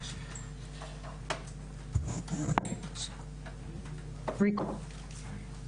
הישיבה ננעלה בשעה 13:15.